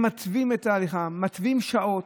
הם מתווים את ההליכה, מתווים שעות,